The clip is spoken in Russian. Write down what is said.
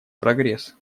прогресс